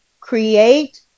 create